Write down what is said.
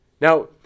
Now